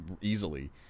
easily